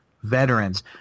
veterans